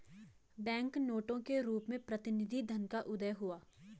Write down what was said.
bank नोटों के रूप में प्रतिनिधि धन का उदय हुआ